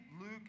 Luke